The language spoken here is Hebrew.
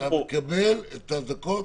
אתה תקבל את הדקות.